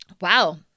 wow